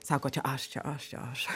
sako čia aš čia aš čia aš